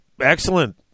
Excellent